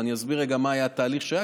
ואני אסביר רגע מה התהליך שהיה,